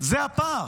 זה הפער.